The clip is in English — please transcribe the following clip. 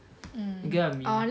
mm